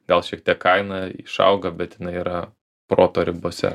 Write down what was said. gal šiek tiek kaina išauga bet jinai yra proto ribose